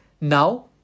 Now